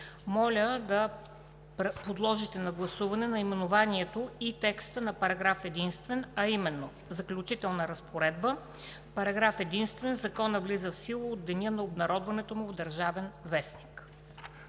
Моля да подложите на гласуване наименованието и текста на параграф единствен, а именно: „Заключителна разпоредба Параграф единствен. Законът влиза в сила от деня на обнародването му в „Държавен вестник“.“